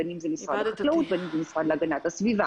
בין אם זה משרד החקלאות ובין אם זה המשרד להגנת הסביבה.